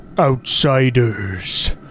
Outsiders